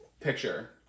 Picture